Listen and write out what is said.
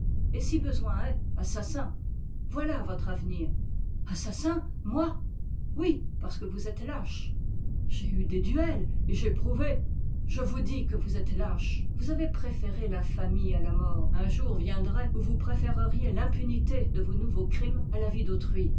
et si besoin est assassin voilà votre avenir assassin moi oui parce que vous êtes lâche j'ai eu des duels et j'ai prouvé je vous dis que vous êtes lâche vous avez préféré l'infamie à la mort un jour viendrait où vous préféreriez l'impunité de vos nouveaux crimes à la vie d'autrui